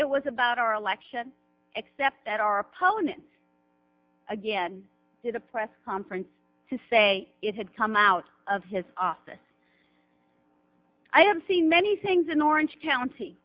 it was about our election except that our opponent again did a press conference to say it had come out of his office i have seen many things in orange county